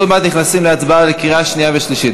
עוד מעט נכנסים להצבעה בקריאה שנייה ושלישית.